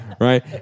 right